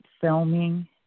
filming